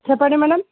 చెప్పండి మ్యాడమ్